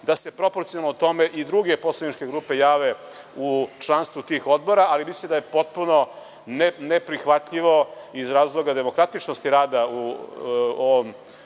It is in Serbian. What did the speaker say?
da se proporcijalno tome i druge poslaničke grupe jave u članstvu tih odbora, ali mislim da je potpuno neprihvatljivo, iz razloga demokratičnosti rada u ovom